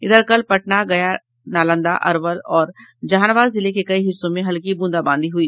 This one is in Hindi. इधर कल पटना गया नालंदा अरवल और जहानाबाद जिले के कई हिस्सों में हल्की ब्रंदाबादी हई